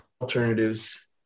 Alternatives